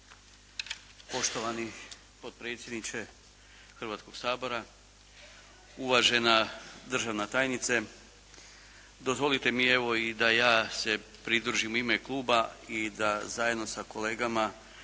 Poštovani potpredsjedniče Hrvatskoga sabora, uvažena državna tajnice. Dozvolite mi evo i da ja se pridružim u ime kluba i da zajedno sa kolegama